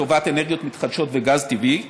לטובת אנרגיות מתחדשות וגז טבעי.